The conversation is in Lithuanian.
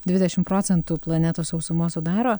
dvidešim procentų planetos sausumos sudaro